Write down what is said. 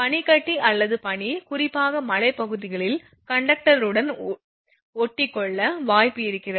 பனிக்கட்டி அல்லது பனி குறிப்பாக மலைப்பகுதிகளில் கண்டக்டருடன் ஒட்டிக்கொள்ள வாய்ப்பு இருக்கிறது